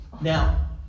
now